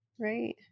Right